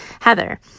Heather